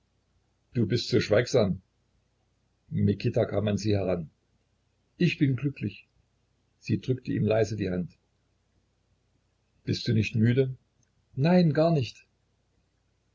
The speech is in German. du bist so schweigsam mikita kam an sie heran ich bin glücklich sie drückte ihm leise die hand bist du nicht müde nein gar nicht